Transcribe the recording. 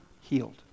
healed